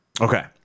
Okay